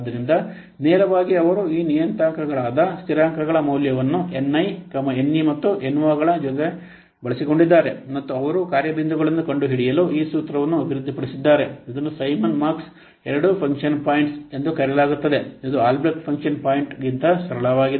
ಆದ್ದರಿಂದ ನೇರವಾಗಿ ಅವರು ಈ ನಿಯತಾಂಕಗಳಾದ ಸ್ಥಿರಾಂಕಗಳ ಮೌಲ್ಯಗಳನ್ನು Ni Ne ಮತ್ತು Noಗಳ ಜೊತೆಗೆಬಳಸಿಕೊಂಡಿದ್ದಾರೆ ಮತ್ತು ಅವರು ಕಾರ್ಯ ಬಿಂದುಗಳನ್ನು ಕಂಡುಹಿಡಿಯಲು ಈ ಸೂತ್ರವನ್ನು ಅಭಿವೃದ್ಧಿಪಡಿಸಿದ್ದಾರೆ ಇದನ್ನು Simons mark II function points ಎಂದು ಕರೆಯಲಾಗುತ್ತದೆ ಇದು ಆಲ್ಬ್ರೆಕ್ಟ್ ಫಂಕ್ಷನ್ ಪಾಯಿಂಟ್ಗಿಂತ ಸರಳವಾಗಿದೆ